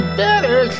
better